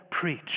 preach